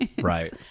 right